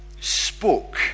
spoke